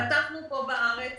פתחנו פה בארץ